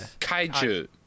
Kaiju